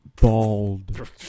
bald